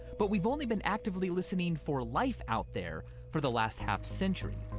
but we've only been actively listening for life out there for the last half century.